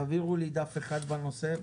תעבירו לי דף אחד בנושא.